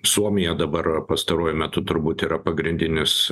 suomija dabar pastaruoju metu turbūt yra pagrindinis